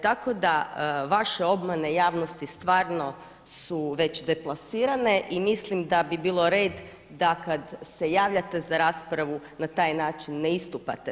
Tako da vaše obmane javnosti stvarno su već deplasirane i mislim da bi bilo red da kad se javljate za raspravu na taj način ne istupate.